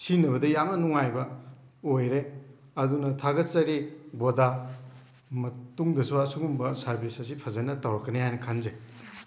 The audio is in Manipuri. ꯁꯤꯖꯤꯟꯅꯕꯗ ꯌꯥꯝꯅ ꯅꯨꯡꯉꯥꯏꯕ ꯑꯣꯏꯔꯦ ꯑꯗꯨꯅ ꯊꯥꯒꯠꯆꯔꯤ ꯕꯣꯗꯥ ꯃꯇꯨꯡꯗꯁꯨ ꯑꯁꯤꯒꯨꯝꯕ ꯁꯔꯕꯤꯁ ꯑꯁꯤ ꯐꯖꯅ ꯇꯧꯔꯛꯀꯅꯤ ꯍꯥꯏꯅ ꯈꯟꯖꯩ